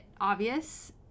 obvious